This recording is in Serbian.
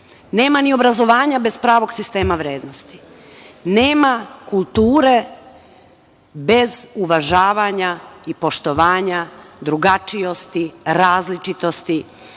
Nema ni obrazovanja bez pravog sistema vrednosti. Nema kulture bez uvažavanja i poštovanja, različitosti. Mi